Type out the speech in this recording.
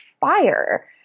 fire